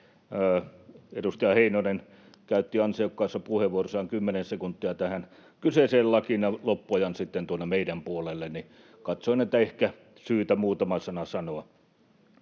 Edustaja Heinonen käytti ansiokkaassa puheenvuorossaan kymmenen sekuntia tähän kyseiseen lakiin ja loppuajan sitten tuonne meidän puolelle, niin katsoin, että ehkä on syytä muutama sana sanoa.